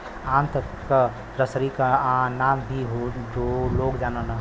आंत क रसरी क नाम से भी लोग जानलन